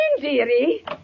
dearie